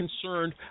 concerned